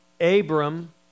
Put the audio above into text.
Abram